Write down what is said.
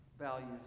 values